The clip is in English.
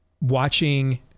Watching